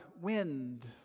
Wind